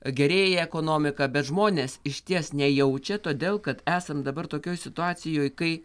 gerėja ekonomika bet žmonės išties nejaučia todėl kad esam dabar tokioj situacijoj kai